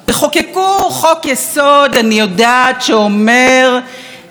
שאומר שלנשים אין זכות על קניינן,